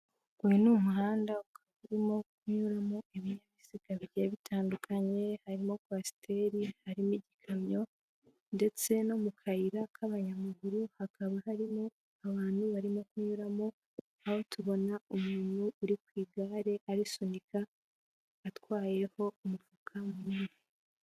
Uyu ni umuhandaba urimo kunyuramo ibinyabiziga bigiye bitandukanye harimo kwasiteri, harimo igikamyo ndetse no mu kayira k'abanyamaguru, hakaba harimo abantu barimo kunyuramo aho tubona umuntu uri ku igare arisunika atwayeho umufuka munini.